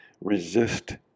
resist